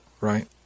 right